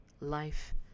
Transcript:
life